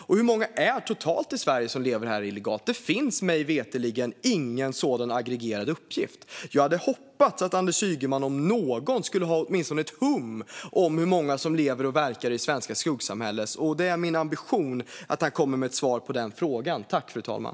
Och hur många är det totalt som lever i Sverige illegalt? Det finns mig veterligen ingen sådan aggregerad uppgift. Jag hade hoppats att Anders Ygeman, om någon, skulle ha åtminstone ett hum om hur många som lever och verkar i det svenska skuggsamhället. Och det är min ambition att han ska komma med ett svar på den frågan.